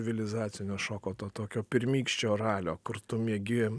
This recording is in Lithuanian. civilizacinio šoko to tokio pirmykščio ralio kur tu miegi